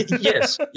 yes